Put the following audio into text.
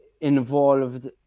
involved